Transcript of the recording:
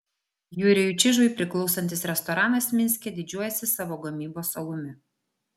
jurijui čižui priklausantis restoranas minske didžiuojasi savo gamybos alumi